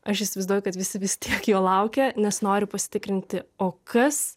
aš įsivaizduoju kad visi vis tiek jo laukia nes nori pasitikrinti o kas